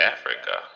Africa